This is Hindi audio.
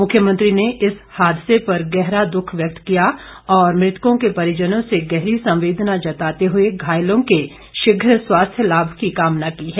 मुख्यमंत्री ने इस हादसे पर गहरा दुःख व्यक्त किया और मृतकों के परिजनों से गहरी संवेदना जताते हुए घायलों के शीघ्र स्वास्थ्य लाभ की कामना की है